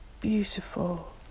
beautiful